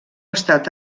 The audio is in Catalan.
estat